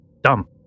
dumb